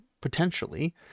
potentially